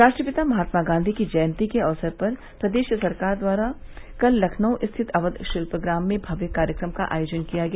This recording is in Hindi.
राष्ट्रपिता महात्मा गांवी की जयंती के अवसर पर प्रदेश सरकार द्वारा कल लखनऊ स्थित अक्य शिल्पग्राम में भव्य कार्यक्रम का आयोजन किया गया